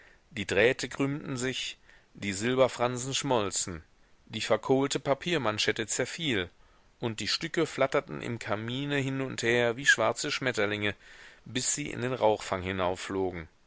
die drähte krümmten sich die silberfransen schmolzen die verkohlte papiermanschette zerfiel und die stücke flatterten im kamine hin und her wie schwarze schmetterlinge bis sie in den rauchfang